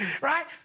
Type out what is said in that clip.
right